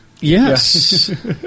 Yes